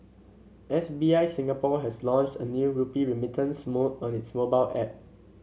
S B I Singapore has launched a new rupee remittance mode on its mobile app